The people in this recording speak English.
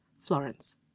Florence